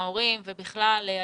ההורים, בכלל הילדים.